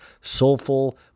soulful